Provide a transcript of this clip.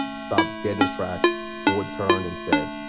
stopped dead in his tracks. ford turned and said,